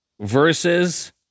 versus